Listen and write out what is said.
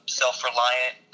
self-reliant